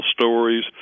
stories